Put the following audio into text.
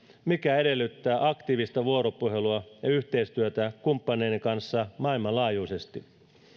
mikä edellyttää aktiivista vuoropuhelua ja yhteistyötä kumppaneiden kanssa maailmanlaajuisesti